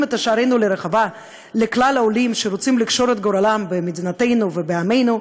את שערינו לרווחה לכל העולים שרוצים לקשור את גורלם במדינתנו ובעמנו,